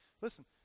listen